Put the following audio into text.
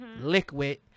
Liquid